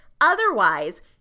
Otherwise